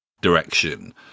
direction